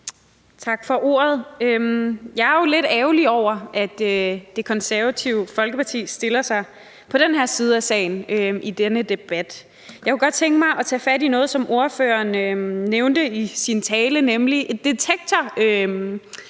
Tak for ordet. Jeg er jo lidt ærgerlig over, at Det Konservative Folkeparti stiller sig på den her side af sagen i denne debat. Jeg kunne godt tænke mig at tage fat i noget af det, som ordføreren nævnte i sin tale, nemlig et